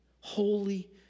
Holy